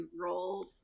roll